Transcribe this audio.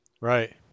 Right